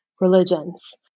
religions